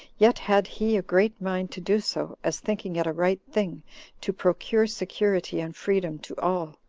yet had he a great mind to do so, as thinking it a right thing to procure security and freedom to all,